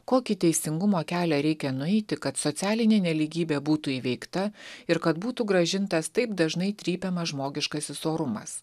kokį teisingumo kelią reikia nueiti kad socialinė nelygybė būtų įveikta ir kad būtų grąžintas taip dažnai trypiamas žmogiškasis orumas